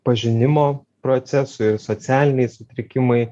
pažinimo procesai ir socialiniai sutrikimai